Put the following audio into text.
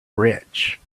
rich